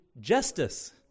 justice